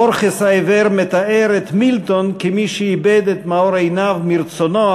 בורחס העיוור מתאר את מילטון כמי שאיבד את מאור עיניו מרצונו,